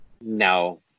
No